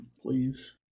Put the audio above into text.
please